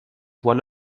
one